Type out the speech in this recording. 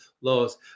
laws